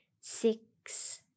six